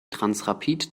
transrapid